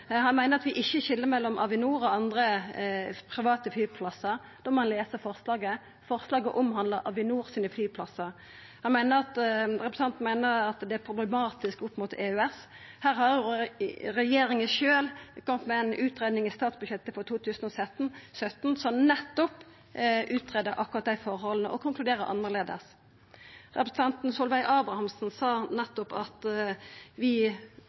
Han meiner at vi ikkje skil mellom Avinor sine flyplassar og andre, private, flyplassar. Då må han lesa forslaget. Forslaget omhandlar Avinor sine flyplassar. Representanten meiner at det er problematisk opp mot EØS. Her har regjeringa sjølv kome med ei utgreiing i statsbudsjettet for 2017 som nettopp greidde ut dei forholda og konkluderer annleis. Representanten Solveig Sundbø Abrahamsen sa nettopp at vi